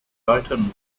items